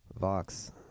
Vox